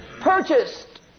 purchased